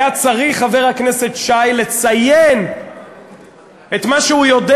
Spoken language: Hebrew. היה צריך חבר הכנסת שי לציין את מה שהוא יודע